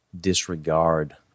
disregard